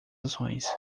ações